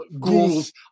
ghouls